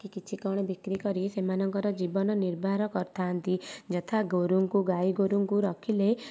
କି କିଛି କ'ଣ ବିକ୍ରି କରି ସେମାନଙ୍କର ଜୀବନ ନିର୍ବାହନ କରିଥାଆନ୍ତି ଯଥା ଗୋରୁଙ୍କୁ ଗାଈ ଗୋରୁଙ୍କୁ ରଖିଲେ